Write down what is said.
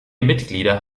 mitglieder